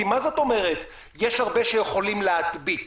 מה זאת אומרת יש הרבה שיכולים להדביק?